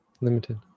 limited